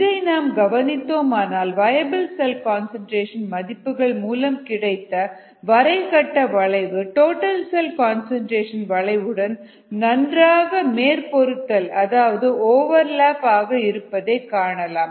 இதை நாம் கவனித்தோமானால் வயபிள் செல் கன்சன்ட்ரேஷன் மதிப்புகள் மூலம் கிடைத்த வரைகட்ட வளைவு டோட்டல் செல் கன்சன்ட்ரேஷன் வளைவுடன் நன்றாக மேற்பொருந்துதல் அதாவது ஓவர்லப் ஆக இருப்பதை காணலாம்